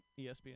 ESPN